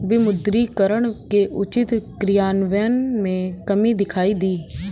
विमुद्रीकरण के उचित क्रियान्वयन में कमी दिखाई दी